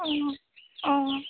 অ অ